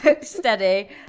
Steady